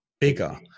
bigger